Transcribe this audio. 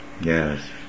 Yes